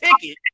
ticket